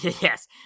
Yes